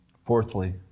Fourthly